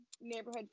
neighborhood